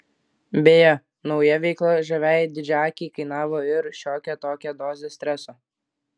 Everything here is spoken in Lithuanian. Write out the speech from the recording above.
beje nauja veikla žaviajai didžiaakei kainavo ir šiokią tokią dozę streso